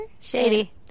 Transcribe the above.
Shady